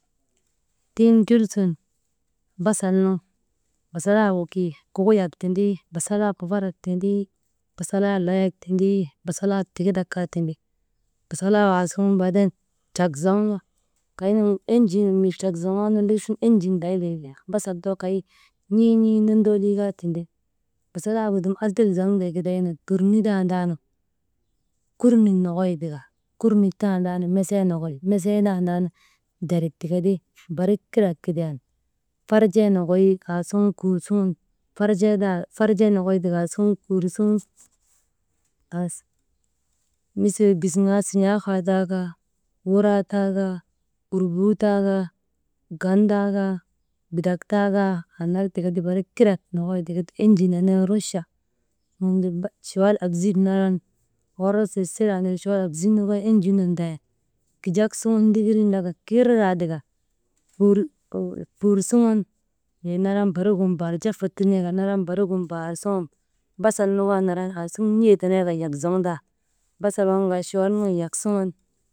Tiŋ jul sun basal nu, basalaayek ki kukuyak tindi, basalayek fafarak tindi, basalayek layak tindi, basalayek tigidak kaa tindi basalayek aasuŋ baaden cak zoŋnu kaynu enjii nu mbul cek zoŋoonu ndochu enjin nayteeti, basal too kay n̰iin̰ii nondoolii kaa tindi, basalaayek gu dum adil zoŋtee gidaynu turni tanndaanu, kurnuk nokoy tika, kurnuk tanndaanu mesee mokoy,, mesee tandan jarik tikati barik kirak kidiyan farjee nokoy aasuŋun kuur suŋun « hesitation» farjee nokoy tika aasuŋun kuur suŋun misil kisiŋaa siŋaakaa taa kaa, wuraa taakaa urbuu taakaa, gan taakaa, bitak taakaa, annak tikati barik kirk nokoy tikati enjii nenee rucha, suŋun ti chuwal absik naran hor sesel andrii chuwal absik nu kaa enjii nun ndayan, kijak suŋun ndiŋirin laka kiraa tika «hesitation » kuur suŋun wey naran barigin baar jafa tirŋaka naran barigin baar suŋun. Basal nu kaa naran aasuŋun n̰iyee tenee kan yak zoŋtan, basal waŋgu kaa chawal nun yak suŋun.